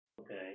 Okay